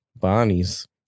Bonnie's